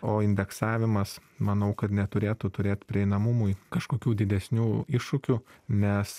o indeksavimas manau kad neturėtų turėt prieinamumui kažkokių didesnių iššūkių nes